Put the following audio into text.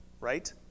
right